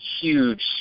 huge